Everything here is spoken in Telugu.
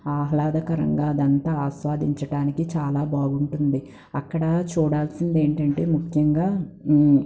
ఆహ్లాదకరంగా అదంతా ఆస్వాదించటానికి చాలా బాగుంటుంది అక్కడ చూడాల్సిందేంటంటే ముఖ్యంగా